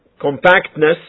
compactness